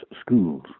schools